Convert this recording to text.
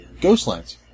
Ghostlands